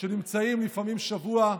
שנמצאים שם לפעמים שבוע,